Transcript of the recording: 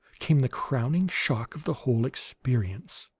came the crowning shock of the whole experience.